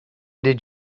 did